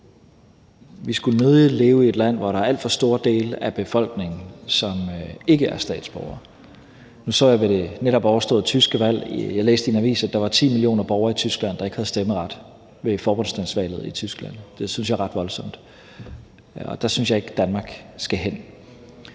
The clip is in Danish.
Vi skulle nødig leve i et land, hvor der er alt for store dele af befolkningen, som ikke er statsborgere. Nu så jeg ved det netop overståede tyske valg – jeg læste det i en avis – at der var 10 millioner borgere i Tyskland, der ikke havde stemmeret ved forbundsdagsvalget i Tyskland. Det synes jeg er ret voldsomt, og der synes jeg ikke Danmark skal hen.